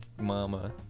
mama